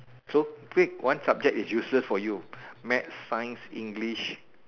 so pick one subject that is useless for you math science English